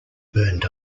burned